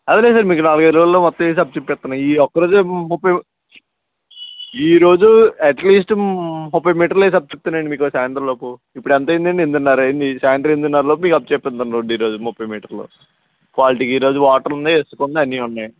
అదేంలేదు sir మీకు నాలుగైదు రోజుల్లో మొత్తం వేసి అప్పజెప్తాను ఈ ఒక్క రోజే ముప్పై ఈ రోజు అట్లీస్ట్ ముప్పై మీటర్లు ఏసి అప్పజెప్తానండి మీకు సాయంత్రం లోపు ఇపుడు ఎంత అయ్యిందండి ఎనిమిదిన్నర అయింది సాయంత్రం ఎనిమిదిన్నర లోపు మీకు అప్పజెప్తాను రోడ్ ఈ రోజు ముప్పై మీటర్లు క్వాలిటీకి ఈ రోజు వాటర్ ఉంది ఇసుకున్నాయి అన్నీ ఉన్నాయి